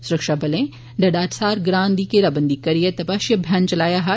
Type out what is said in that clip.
सुरक्षाबलें डाडसारा ग्रां दी घेराबंदी करिए तपाशी अभियान चलाया हा